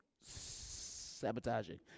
sabotaging